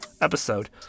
episode